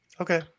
Okay